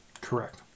Correct